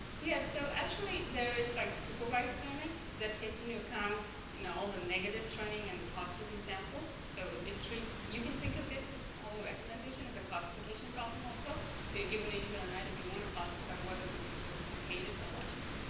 yeah so actually there is like supervised learning that takes into account you know all the negative training and the positive examples so it it treats. you can think of this all recommendation is a classification problem also so you're given a user and item you want to classify whether this user is going to hate it or ah like it